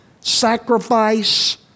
sacrifice